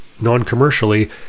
non-commercially